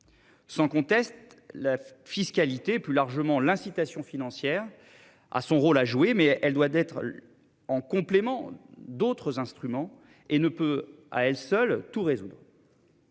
Sans conteste la fiscalité plus largement l'incitation financière. A son rôle à jouer mais elle doit d'être. En complément d'autres instruments et ne peut à elle seule tout résoudre.